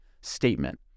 statement